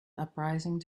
uprising